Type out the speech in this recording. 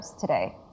today